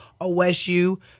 OSU